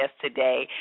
today